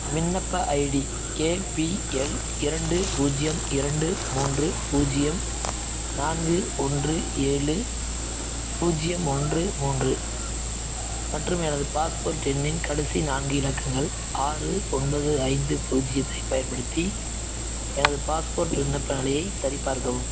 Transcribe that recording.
விண்ணப்ப ID APL இரண்டு பூஜ்ஜியம் இரண்டு மூன்று பூஜ்ஜியம் நான்கு ஒன்று ஏலு பூஜ்ஜியம் ஒன்று மூன்று மற்றும் எனது பாஸ்போர்ட் எண்ணின் கடைசி நான்கு இலக்கங்கள் ஆறு ஒன்பது ஐந்து பூஜ்யத்தைப் பயன்படுத்தி எனது பாஸ்போர்ட் விண்ணப்ப நிலையை சரிபார்க்கவும்